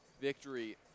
victory